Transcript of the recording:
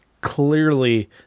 clearly